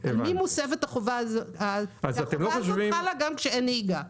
החובה הזאת חלה גם כשאין נהיגה.